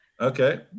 Okay